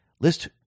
List